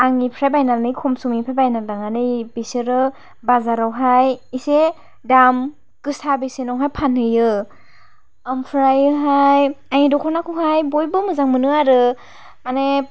आंनिफ्राय बायनानै खम समनिफ्राय बायना लांनानै बिसोरो बाजारावहाय एसे दाम गोसा बेसेनावहाय फानहैयो आमफ्राय हाय आंनि दख'नाखौहाय बयबो मोजां मोनो आरो माने